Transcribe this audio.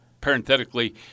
parenthetically